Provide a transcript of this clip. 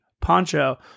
poncho